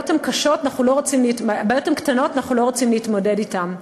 הן קטנות אנחנו לא רוצים להתמודד אתן.